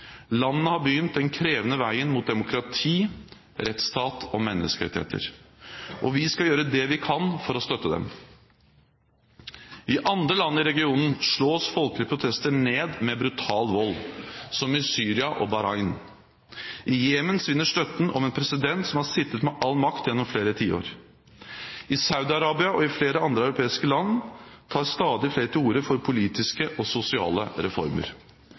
har begynt på den krevende veien mot demokrati, rettsstat og menneskerettigheter, og vi skal gjøre det vi kan for å støtte dem. I andre land i regionen slås folkelige protester ned med brutal vold, som i Syria og Bahrain. I Jemen svinner støtten om en president som har sittet med all makt gjennom flere tiår. I Saudi-Arabia og flere andre arabiske land tar stadig flere til orde for politiske og sosiale reformer.